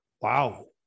Wow